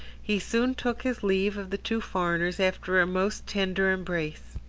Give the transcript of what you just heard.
he soon took his leave of the two foreigners after a most tender embrace.